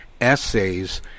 essays